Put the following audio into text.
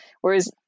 Whereas